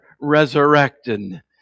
resurrected